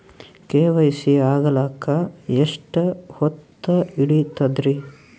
KYC ಆಗಲಕ್ಕ ಎಷ್ಟ ಹೊತ್ತ ಹಿಡತದ್ರಿ?